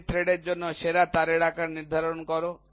metric থ্রেডের জন্য সেরা তারের আকার নির্ধারণ কর